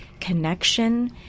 connection